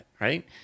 right